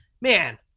man